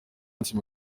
minsi